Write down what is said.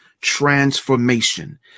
transformation